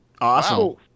Awesome